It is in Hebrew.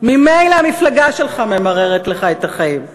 ממילא המפלגה שלך ממררת לך את החיים.